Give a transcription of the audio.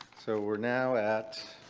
so we're now at